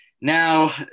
Now